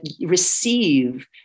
receive